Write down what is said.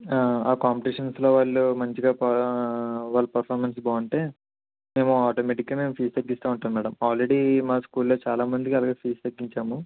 ఆ ఆ కాంపిటీషన్స్లో వాళ్ళు మంచిగా ఆ వాళ్ళ పర్ఫార్మెన్స్ బాగుంటే మేము ఆటోమాటిక్గా మేము ఫీజ్ తగ్గిస్తు ఉంటాము మేడం ఆల్రెడీ మా స్కూల్లో చాలామందికి అలాగే ఫీజ్ తగ్గించాము